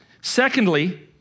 Secondly